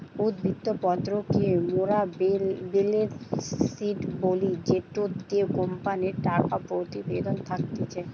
উদ্ধৃত্ত পত্র কে মোরা বেলেন্স শিট বলি জেটোতে কোম্পানির টাকা প্রতিবেদন থাকতিছে